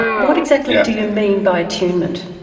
what exactly do you mean by attunement?